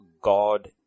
God